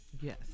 Yes